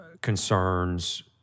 concerns